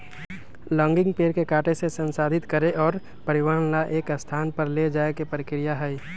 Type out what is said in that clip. logging पेड़ के काटे से, संसाधित करे और परिवहन ला एक स्थान पर ले जाये के प्रक्रिया हई